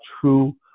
true